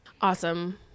awesome